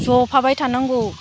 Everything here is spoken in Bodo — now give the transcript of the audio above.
जफाबाय थानांगौ